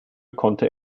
konnte